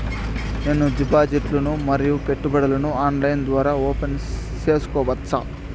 నేను డిపాజిట్లు ను మరియు పెట్టుబడులను ఆన్లైన్ ద్వారా ఓపెన్ సేసుకోవచ్చా?